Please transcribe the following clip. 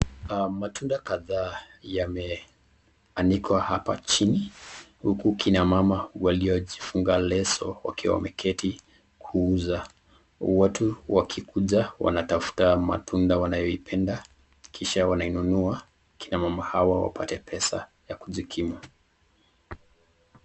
Matunda kadhaa yameanikwa hapa chini huku kina mama walio jifunga leso wakiwa wameketi kuuza. Watu wakikuja wanatafuta matunda wanayoioenda Kisha wanainunua, kina mama hawa wapate pesa ya kujikimu.